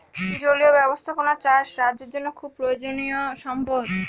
জলীয় ব্যাবস্থাপনা চাষ রাজ্যের জন্য খুব প্রয়োজনীয়ো সম্পদ